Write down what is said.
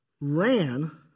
ran